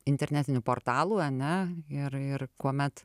internetinių portalų ane ir ir kuomet